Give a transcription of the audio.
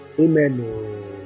Amen